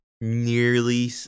nearly